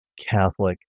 catholic